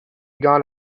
gone